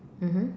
mmhmm